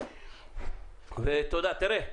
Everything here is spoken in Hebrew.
תודה.